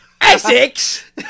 Essex